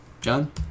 John